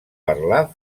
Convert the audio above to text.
parlar